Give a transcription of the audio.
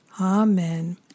Amen